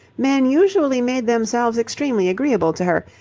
men usually made themselves extremely agreeable to her,